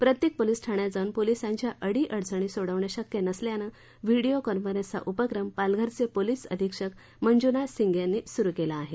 प्रत्येक पोलीस ठाण्यात जाऊन पोलीसांच्या अडीअडचणी सोडवणं शक्य नसल्यानं व्हिडीओ कॉन्फरन्सचा उपक्रम पालघरचे पोलीस अधीक्षक मंजुनाथ सिंगे यांनी सुरू केला आहे